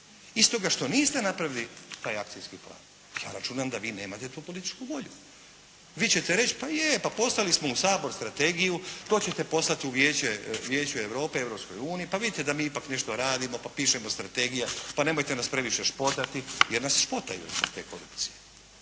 Iz toga što niste napravili taj akcijski plan, ja računam da vi nemate tu političku volju. Vi ćete reći pa je, pa poslali smo u Sabor strategiju, to ćete poslati u Vijeće Europe, Europskoj uniji, pa vidite da mi ipak nešto radimo, pa pišemo strategije, pa nemojte nas previše špotati, jer nas špotaju …/Govornik